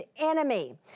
enemy